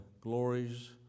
glories